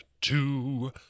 two